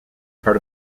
part